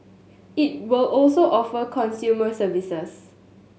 it will also offer consumer services